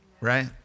right